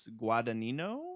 Guadagnino